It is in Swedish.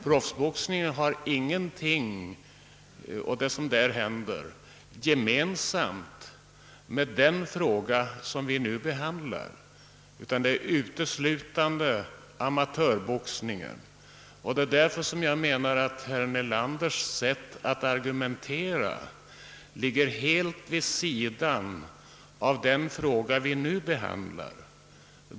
Proffsboxningen och det som där händer har ingenting gemensamt med den fråga vi nu behandlar; pengarna går uteslutande till amatörboxningen. Herr Nelanders sätt att argumentera går alltså helt vid sidan av den fråga vi nu behandlar.